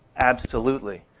absolutely.